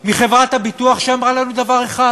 מחברת הביטוח שאמרה לנו דבר אחד,